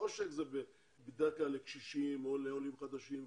עושק בדרך כלל מכוון לקשישים או לעולים חדשים וכולי.